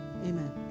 amen